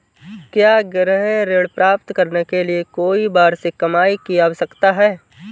क्या गृह ऋण प्राप्त करने के लिए कोई वार्षिक कमाई की आवश्यकता है?